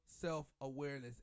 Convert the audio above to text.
self-awareness